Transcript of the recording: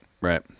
Right